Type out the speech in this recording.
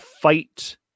fight